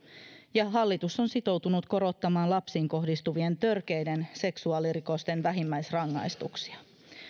ja hallitus on sitoutunut korottamaan lapsiin kohdistuvien törkeiden seksuaalirikosten vähimmäisrangaistuksia